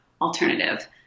alternative